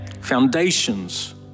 Foundations